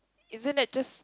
isn't that just